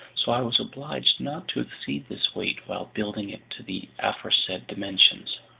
so i was obliged not to exceed this weight while building it to the aforesaid dimensions.